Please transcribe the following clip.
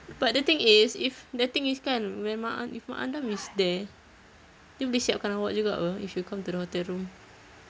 but the thing is if the thing is kan when mak an~ if mak andam is there dia boleh siapkan awak juga [pe] if you come to the hotel room